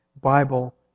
Bible